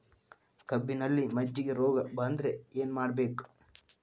ಕಬ್ಬಿನಲ್ಲಿ ಮಜ್ಜಿಗೆ ರೋಗ ಬಂದರೆ ಏನು ಮಾಡಬೇಕು?